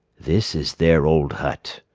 this is their old hut.